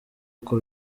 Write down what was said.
uko